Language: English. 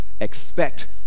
Expect